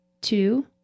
two